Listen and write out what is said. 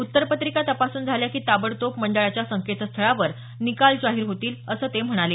उत्तरपत्रिका तपासून झाल्या की ताबडतोब मंडळाच्या संकेतस्थळावर निकाल जाहीर होईल असं ते म्हणाले